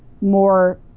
more